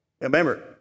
Remember